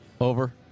Over